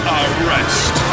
arrest